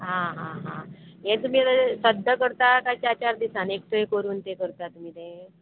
आं हा हा हे तुमी आतां सद्दां करता कांय चार चार दिसानी एकठांय करून ते करता तुमी ते